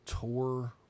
tour